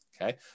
Okay